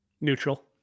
neutral